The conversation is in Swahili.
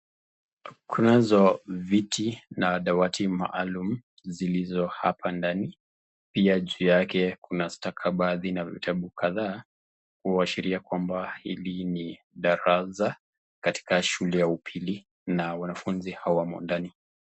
kunazo viti na dawati maalum zilizo hapa ndani, pia juu yake, kuna stakabadhi na vitabu kadhaa, uashiria kwamba hili ni darasa katika shule ya upili na wanafunzi hawamo ndani.